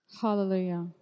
Hallelujah